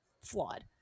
flawed